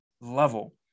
level